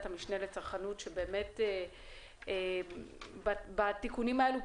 המשנה לצרכנות אני רוצה לומר שבתיקונים האלה,